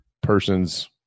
person's